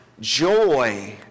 joy